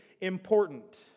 important